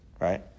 right